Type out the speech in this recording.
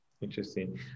interesting